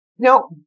No